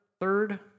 third